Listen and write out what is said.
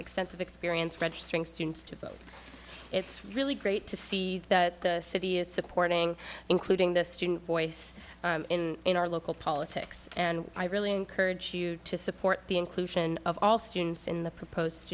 extensive experience registering students to vote it's really great to see that the city is supporting including the student voice in in our local politics and i really encourage you to support the inclusion of all students in the proposed